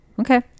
Okay